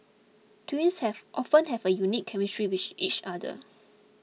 twins have often have a unique chemistry with each other